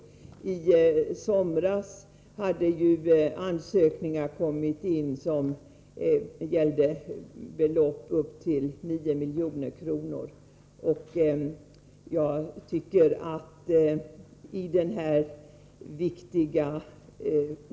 I somras hade det lämnats in ansökningar som gällde belopp upp till 9 milj.kr.